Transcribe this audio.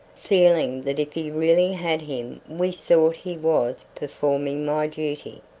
feeling that if he really had him we sought he was performing my duty,